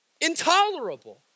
intolerable